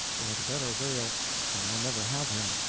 for at a better avail shall i never have him.